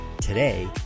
Today